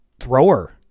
thrower